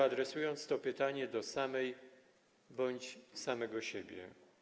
Adresujmy to pytanie do samej bądź samego siebie.